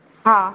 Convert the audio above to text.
हा